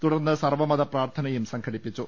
തുടർന്ന് സർവ്വമത പ്രാർത്ഥനയും സംഘടിപ്പിച്ചു